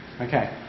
Okay